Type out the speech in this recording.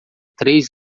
três